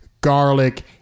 garlic